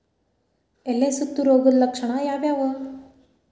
ಎಲೆ ಸುತ್ತು ರೋಗದ ಲಕ್ಷಣ ಯಾವ್ಯಾವ್?